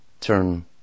turn